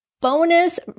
bonus